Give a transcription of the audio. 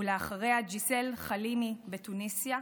ולאחריה ג'יזל חלימי בתוניסיה,